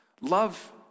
Love